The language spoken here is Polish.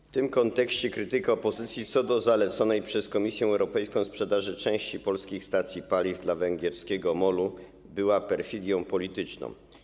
W tym kontekście krytyka opozycji co do zaleconej przez Komisję Europejską sprzedaży części polskich stacji paliw dla węgierskiego MOL-u była perfidią polityczną.